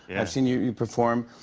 and i've seen you you perform.